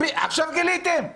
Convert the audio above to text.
עכשיו גיליתם?